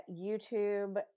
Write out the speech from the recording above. YouTube